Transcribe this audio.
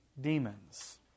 demons